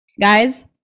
guys